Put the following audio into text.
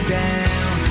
down